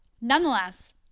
nonetheless